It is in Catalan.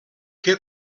que